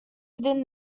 within